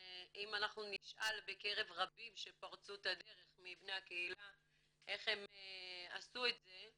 אם אנחנו נשאל בקרב רבים שפרצו את הדרך מקרבה הקהילה איך הם עשו את זה,